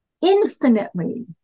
infinitely